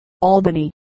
Albany